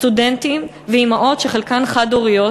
סטודנטים ואימהות שחלקן חד-הוריות,